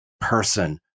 person